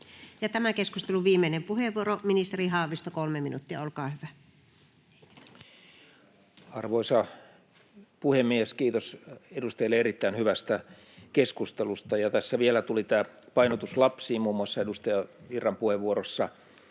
tämän keskustelun viimeinen puheenvuoro, ministeri Haavisto, 3 minuuttia, olkaa hyvä. Arvoisa puhemies! Kiitos edustajille erittäin hyvästä keskustelusta, ja tässä vielä tuli tämä painotus lapsiin muun muassa edustajan Virran puheenvuorossa,